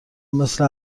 مثل